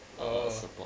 oh